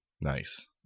Nice